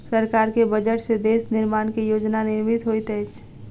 सरकार के बजट से देश निर्माण के योजना निर्मित होइत अछि